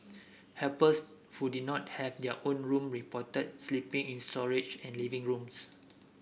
helpers who did not have their own room reported sleeping in storage and living rooms